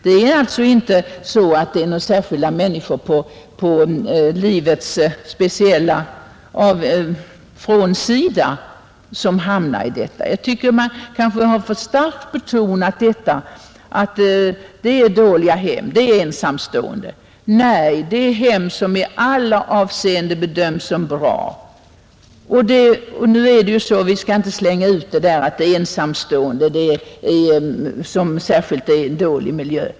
Det är inte några särskilda människor på livets frånsida som hamnar i detta. Jag tycker att man kanske har för starkt betonat att det rör sig om dåliga hem och ensamstående. Nej, det är hem som i alla avseenden bedöms som bra, Vi skall inte slänga ut påståendet att de ensamstående utgör en särskilt dålig miljö.